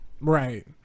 Right